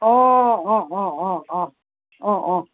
অঁ অঁ অঁ অঁ অঁ অঁ